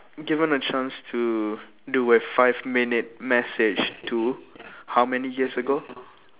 given the chance to do a five minute message to how many years ago